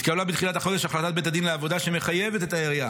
התקבלה בתחילת החודש החלטת בית הדין לעבודה שמחייבת את העירייה